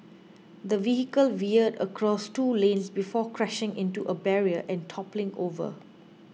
the vehicle veered across two lanes before crashing into a barrier and toppling over